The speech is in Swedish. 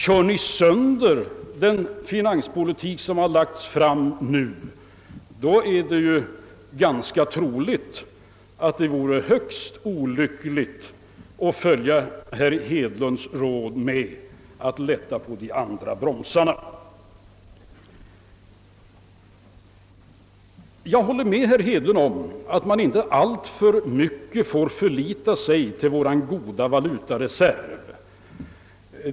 Kör ni sönder den finanspolitik som föreslagits vore det troligtvis högst olyckligt att följa herr Hedlunds råd att lätta på de andra bromsarna. Jag håller med herr Hedlund om att vi inte alltför mycket får förlita oss på vår goda valutareserv.